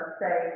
say